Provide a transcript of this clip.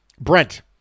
Brent